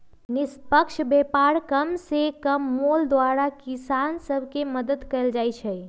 निष्पक्ष व्यापार कम से कम मोल द्वारा किसान सभ के मदद कयल जाइ छै